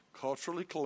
culturally